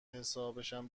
حسابشم